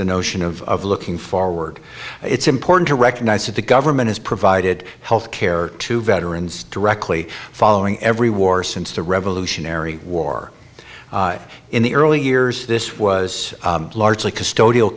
the notion of looking forward it's important to recognize that the government has provided health care to veterans directly following every war since the revolutionary war in the early years this was largely custodial